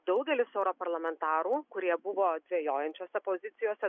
daugelis europarlamentarų kurie buvo dvejojančiose pozicijose